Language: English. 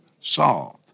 solved